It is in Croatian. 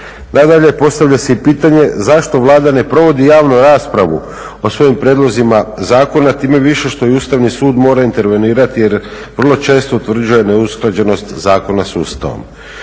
Nadalje, postavlja se i pitanje zašto Vlada ne provodi javnu raspravu o svojim prijedlozima zakona, time više što i Ustavni sud mora intervenirati jer vrlo često utvrđuje neusklađenost zakona s Ustavom.